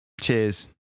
Cheers